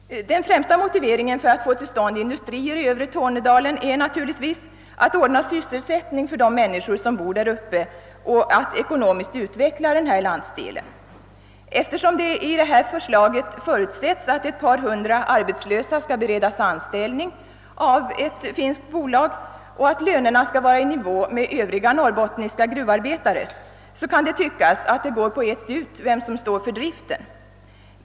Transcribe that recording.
Den främsta motiveringen för att få till stånd industrier i övre Tornedalen är naturligtvis att ordna sysselsättning för de människor som bor där och att ekonomiskt utveckla denna landsdel. Eftersom det i förslaget förutsätts att ett par hundra arbetslösa skall beredas anställning av det finska bolaget och att lönerna skall vara i nivå med övriga norrbottniska gruvarbetares, kan det kanske tyckas att det skulle vara likgiltigt vem som står för gruvdriften.